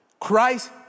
Christ